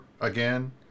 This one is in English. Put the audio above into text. again